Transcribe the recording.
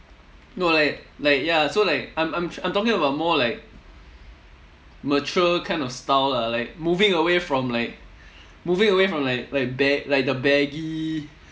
no like like ya so like I'm I'm I'm talking about more like mature kind of style lah like moving away from like moving away from like like ba~ like the baggy